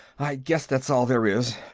i guess that's all there is,